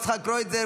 יצחק קרויזר,